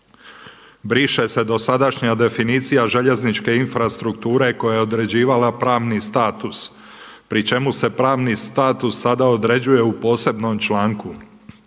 Briše se dosadašnja definicija željezničke infrastrukture koja je određivala pravni status pri čemu se pravni status sada određuje u posebnom članku.